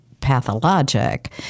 pathologic